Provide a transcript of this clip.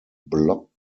blocked